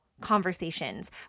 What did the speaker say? conversations